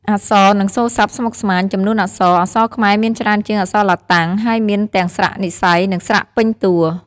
អក្សរ និងសូរស័ព្ទស្មុគស្មាញ ចំនួនអក្សរ អក្សរខ្មែរមានច្រើនជាងអក្សរឡាតាំង ហើយមានទាំងស្រៈនិស្ស័យ និងស្រៈពេញតួ។